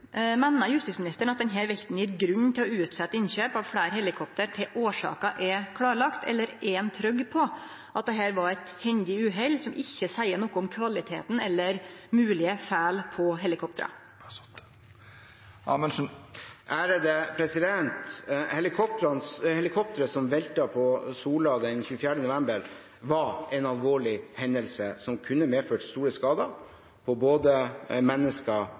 Meiner statsråden at denne velten gir grunn til å utsetje innkjøp av fleire helikopter til årsaka er klårlagd, eller er han trygg på at dette var eit hendig uhell som ikkje seier noko om kvaliteten eller moglege feil på helikoptra?» Helikopteret som veltet på Sola den 24. november, var en alvorlig hendelse som kunne medført store skader på både